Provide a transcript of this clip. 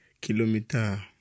Kilometer